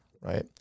Right